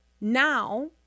now